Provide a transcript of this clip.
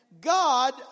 God